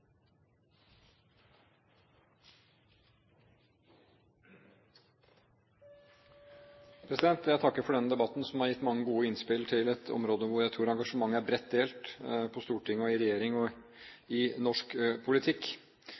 Jeg takker for denne debatten, som har gitt mange gode innspill til et område hvor jeg tror engasjementet er bredt delt på Stortinget, i regjeringen og i norsk politikk.